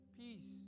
peace